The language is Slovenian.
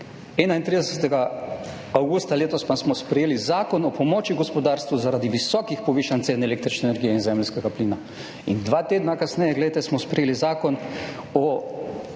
31. avgusta letos pa smo sprejeli Zakon o pomoči gospodarstvu zaradi visokih povišanj cen električne energije in zemeljskega plina. In dva tedna kasneje, glejte, smo sprejeli Zakon o